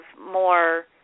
more